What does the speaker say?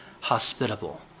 hospitable